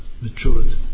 maturity